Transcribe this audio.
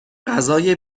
غذای